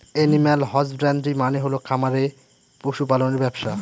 animal husbandry মানে হল খামারে পশু পালনের ব্যবসা